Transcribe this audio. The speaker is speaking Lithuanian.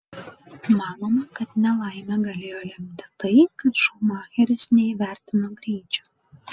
manoma kad nelaimę galėjo lemti tai kad šumacheris neįvertino greičio